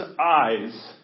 eyes